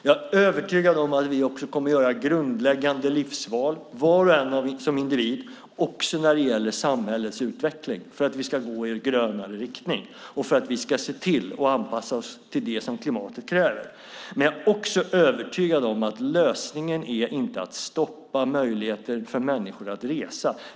Jag är övertygad om att vi kommer att göra grundläggande livsval, var och en som individ, när det gäller samhällets utveckling för att vi ska gå i en grönare riktning och för att vi ska anpassa oss till det som klimatet kräver. Men jag är också övertygad om att lösningen inte är att stoppa möjligheterna för människor att resa.